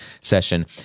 session